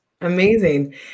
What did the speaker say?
Amazing